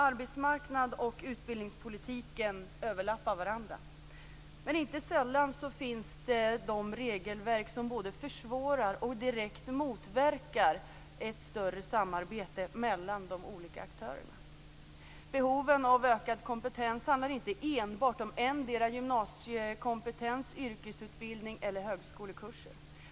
Arbetsmarknads och utbildningspolitiken överlappar varandra. Men inte sällan finns det de regelverk som både försvårar och direkt motverkar ett större samarbete mellan de olika aktörerna. Behoven av ökad kompetens handlar inte enbart om endera gymnasiekompetens, yrkesutbildning eller högskolekurser.